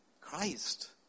Christ